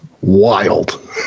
wild